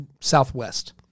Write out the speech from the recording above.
Southwest